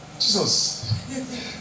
Jesus